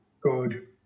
good